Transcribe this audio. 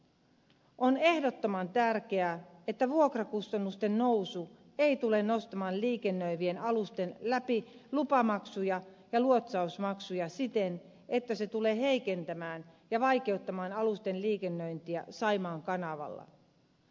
on ehdottoman tärkeää että vuokrakustannusten nousu ei tule nostamaan liikennöivien alusten lupamaksuja ja luotsausmaksuja siten että se tulee heikentämään ja vaikeuttamaan alusten liikennöintiä saimaan kanavalla